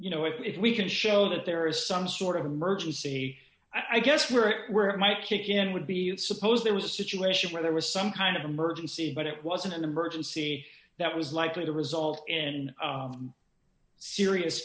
you know if we can show that there is some sort of emergency i guess we're where i might kick in would be you suppose there was a situation where there was some kind of emergency but it wasn't an emergency that was likely to result in serious